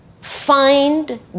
find